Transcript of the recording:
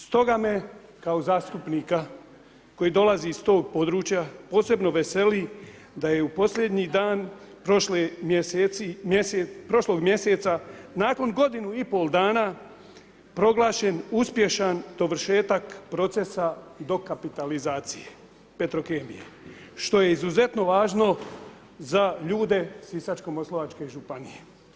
Stoga me kao zastupnika koji dolazi iz tog područja posebno veseli da je u posljednji dan prošlog mjeseca nakon godinu i pol dana proglašen uspješan dovršetak procesa dokapitalizacije Petrokemije, što je izuzetno važno za ljude Sisačko-moslavačke županije.